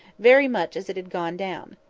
very much as it had gone down.